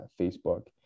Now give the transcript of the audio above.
Facebook